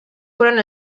fueron